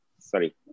sorry